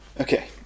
Okay